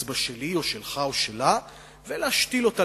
האצבע שלי או שלך או שלה ולהשתיל אותה,